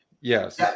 Yes